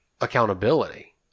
accountability